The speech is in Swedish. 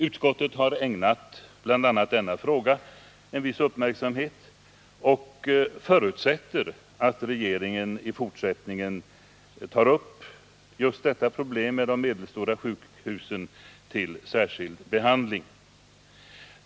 Utskottet har ägnat bl.a. denna fråga en viss uppmärksamhet och förutsätter att regeringen i fortsättningen tar upp just detta problem med de medelstora sjukhusen till särskild behandling.